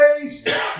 days